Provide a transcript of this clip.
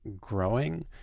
growing